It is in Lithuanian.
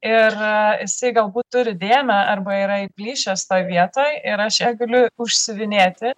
ir jisai galbūt turi dėmę arba yra įplyšęs toj vietoj ir aš ją galiu užsiuvinėti